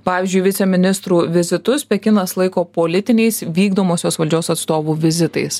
pavyzdžiui viceministrų vizitus pekinas laiko politiniais vykdomosios valdžios atstovų vizitais